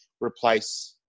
replace